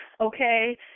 Okay